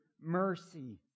mercy